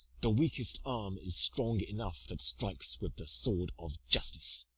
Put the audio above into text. the weakest arm is strong enough that strikes with the sword of justice.